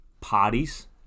parties